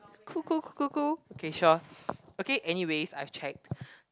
cool cool cool cool cool okay sure okay anyways I have checked